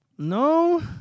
No